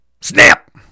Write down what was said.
Snap